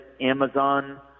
Amazon